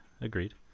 Agreed